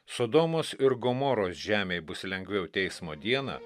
sodomos ir gomoros žemei bus lengviau teismo dieną